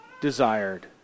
desired